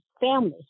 family